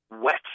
wet